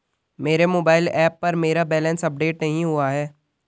मेरे mobile app पर मेरा बैलेंस अपडेट नहीं हुआ है